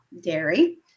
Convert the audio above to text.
dairy